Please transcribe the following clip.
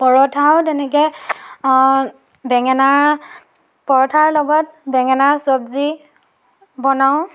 পৰঠাও তেনেকৈ বেঙেনা পৰঠাৰ লগত বেঙেনাৰ চবজি বনাওঁ